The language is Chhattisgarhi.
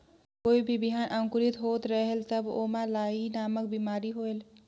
कोई भी बिहान अंकुरित होत रेहेल तब ओमा लाही नामक बिमारी होयल?